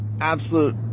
absolute